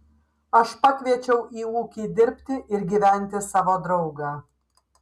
aš pakviečiau į ūkį dirbti ir gyventi savo draugą